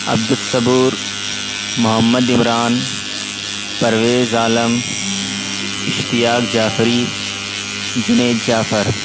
Abdul Sabur Muhammad Imran Parvez Alam Ishtiaq Jafri Junaid Jafar